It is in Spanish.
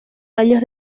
años